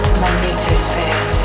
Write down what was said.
magnetosphere